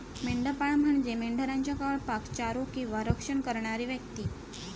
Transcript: मेंढपाळ म्हणजे मेंढरांच्या कळपाक चारो किंवा रक्षण करणारी व्यक्ती